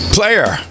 Player